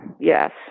Yes